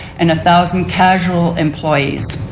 and thousand casual employees.